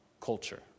culture